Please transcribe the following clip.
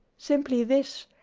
simply this.